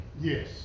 Yes